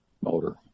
motor